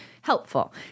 helpful